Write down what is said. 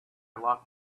lock